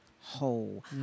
whole